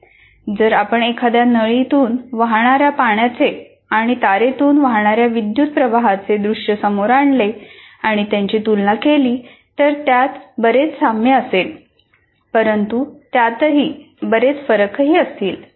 ' जर आपण एखाद्या नळीतून वाहणाऱ्या पाण्याचे आणि तारेतून वाहणाऱ्या विद्युत् प्रवाहाचे दृष्य समोर आणले आणि त्यांची तुलना केली तर त्यात बरेच साम्य असेल परंतु त्यातही बरेच फरकही असतील